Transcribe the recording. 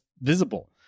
visible